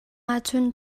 ahcun